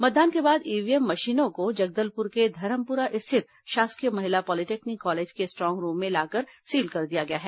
मतदान के बाद ईव्हीएम मशीनों को जगलदपुर के धरमपुरा स्थित शासकीय महिला पॉलीटेक्निक कॉलेज के स्ट्रांग रूम में लाकर सील कर दिया गया है